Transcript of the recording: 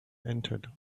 entered